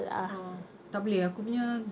orh tak boleh aku punya